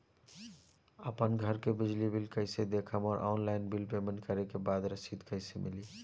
आपन घर के बिजली बिल कईसे देखम् और ऑनलाइन बिल पेमेंट करे के बाद रसीद कईसे मिली?